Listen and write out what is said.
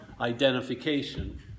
identification